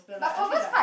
but Converse quite